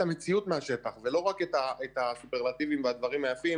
המציאות מהשטח ולא רק את הסופרלטיבים והדברים היפים